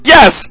Yes